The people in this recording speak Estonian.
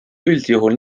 üldjuhul